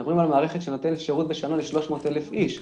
מדברים על מערכת שנותנת שירות ל-300,000 איש בשנה.